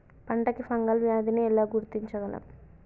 పంట కి ఫంగల్ వ్యాధి ని ఎలా గుర్తించగలం?